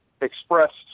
expressed